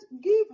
give